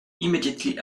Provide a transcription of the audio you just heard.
immediately